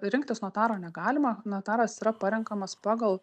rinktis notaro negalima notaras yra parenkamas pagal